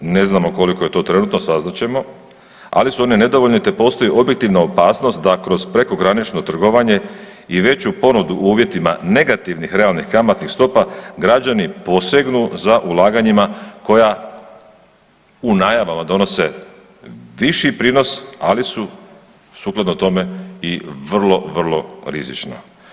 Ne znamo koliko je to trenutno, saznat ćemo, ali su nedovoljne te postoji objektivna opasnost da kroz prekogranično trgovanje i veću ponudu u uvjetima negativnih realnih kamatnih stopa građani posegnu za ulaganjima koja u najavama donose viši prinos ali su sukladno tome i vrlo, vrlo rizična.